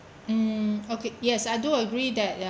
mm okay yes I do agree that